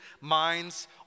minds